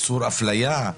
איסור הפליה.